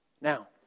Now